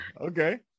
okay